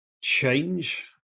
change